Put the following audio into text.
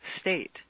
state